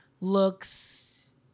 looks